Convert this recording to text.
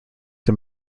him